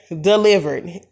Delivered